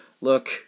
Look